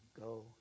go